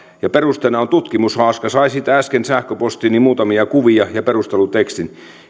ja perusteena on tutkimushaaska sain siitä äsken sähköpostiini muutamia kuvia ja perustelutekstin